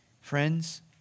Friends